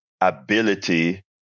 ability